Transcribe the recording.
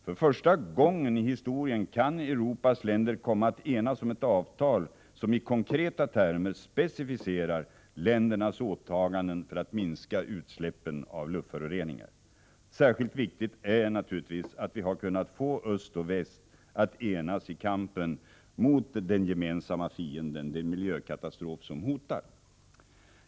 För första gången i historien kan Europas länder komma att enas om ett avtal som i konkreta termer specificerar ländernas åtaganden för att minska utsläppen av luftföroreningar. Särskilt viktigt är naturligtvis att vi har kunnat få öst och väst att enas i kampen mot den gemensamma fienden, den miljökatastrof som hotar.